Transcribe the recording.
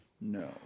No